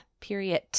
period